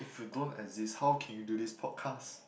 if you don't exist how can you do this podcast